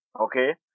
Okay